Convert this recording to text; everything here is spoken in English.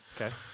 Okay